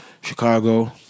Chicago